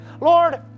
Lord